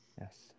yes